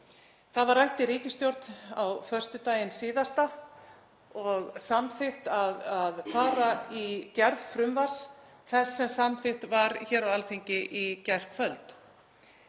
Það var rætt í ríkisstjórn á föstudaginn síðasta og samþykkt að fara í gerð frumvarps þess sem samþykkt var hér á Alþingi í gærkvöld.